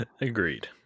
Agreed